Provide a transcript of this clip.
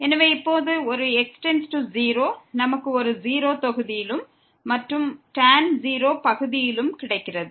எனவே இப்போது ஒரு x→0 நமக்கு ஒரு 0 தொகுதியிலும் மற்றும் tan 0 பகுதியிலும் கிடைக்கிறது